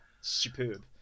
superb